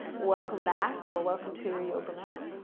welcome back, or welcome to your yoga mat.